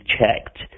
checked